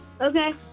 Okay